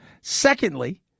Secondly